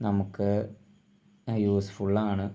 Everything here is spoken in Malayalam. നമുക്ക് യൂസ്ഫുൾ ആണ്